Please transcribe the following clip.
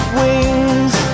wings